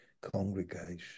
congregation